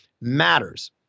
matters